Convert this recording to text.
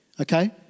okay